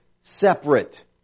separate